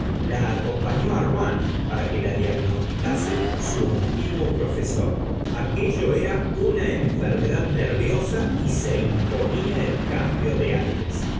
la acompañó á rouen para que la reconociese su antiguo profesor aquello era una enfermedad nerviosa y se imponía el cambio de aires